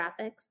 graphics